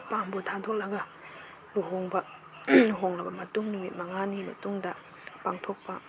ꯃꯄꯥꯝꯕꯨ ꯊꯥꯗꯣꯛꯂꯒ ꯂꯨꯍꯣꯡꯕ ꯂꯨꯍꯣꯡꯂꯕ ꯃꯇꯨꯡ ꯅꯨꯃꯤꯠ ꯃꯉꯥꯅꯤ ꯃꯇꯨꯡꯗ ꯄꯥꯡꯊꯣꯛꯄ